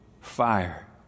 fire